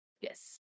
Yes